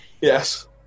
Yes